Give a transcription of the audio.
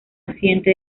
accidente